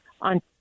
On